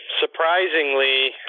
surprisingly